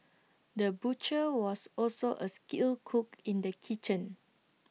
the butcher was also A skilled cook in the kitchen